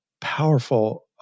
powerful